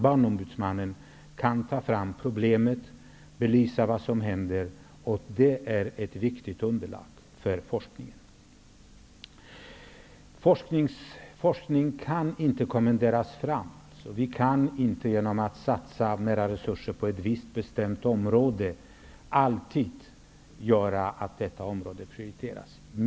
Barnombudsmannen kan dock ta fram problemen och belysa vad som händer. Det kan bli ett viktigt underlag för forskningen. Forskning kan inte kommenderas fram. Genom att satsa mer resurser på ett visst bestämt område kan vi inte alltid åstadkomma att detta område prioriteras.